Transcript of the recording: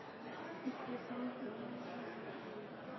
Det kan ikke